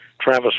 Travis